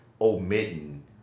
omitting